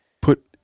put